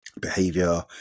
behavior